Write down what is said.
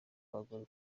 abagore